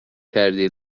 کردی